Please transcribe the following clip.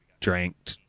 drank